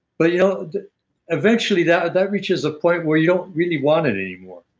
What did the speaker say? but yeah ah and eventually that that reaches a point where you don't really want it anymore.